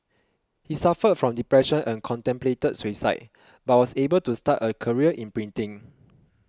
he suffered from depression and contemplated suicide but was able to start a career in printing